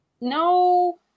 No